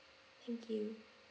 thank you